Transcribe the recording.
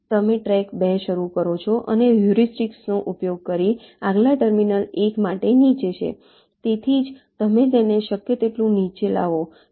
બીજું તમે ટ્રૅક 2 શરૂ કરો છો અને હ્યુરિસ્ટિકનો ઉપયોગ કરીને આગલા ટર્મિનલ 1 માટે નીચે છે તેથી જ તમે તેને શક્ય તેટલું નીચે લાવો છો